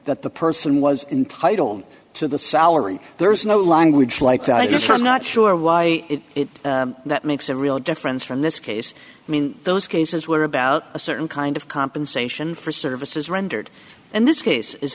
that the person was entitled to the salary there is no language like that yes i'm not sure why it that makes a real difference from this case i mean those cases were about a certain kind of compensation for services rendered and this case is